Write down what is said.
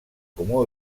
comú